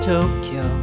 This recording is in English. Tokyo